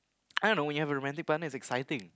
I don't know when you have a romantic partner it's exciting